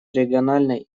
региональной